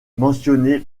mentionné